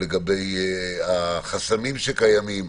לגבי החסמים שקיימים,